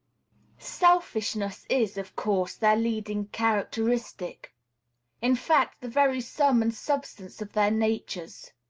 selfishness is, of course, their leading characteristic in fact, the very sum and substance of their natures.